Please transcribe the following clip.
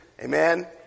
amen